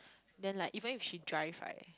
then like even if she drive right